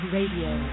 Radio